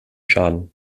schaden